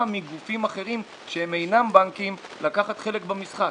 מגופים אחרים שהם אינם בנקים לקחת חלק במשחק.